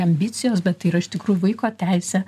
ambicijos bet tai yra iš tikrųjų vaiko teisė